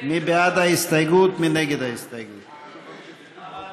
ויחיאל חיליק בר אחרי סעיף 2 לא נתקבלה.